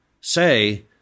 say